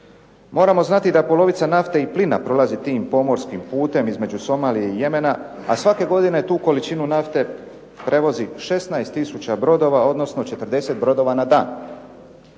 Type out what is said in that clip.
Moramo znati da polovica nafte i plina prolazi tim pomorskim putem između Somalije i Jemena, a svake godine tu količinu nafte prevozi 16000 brodova, odnosno 40 brodova na dan.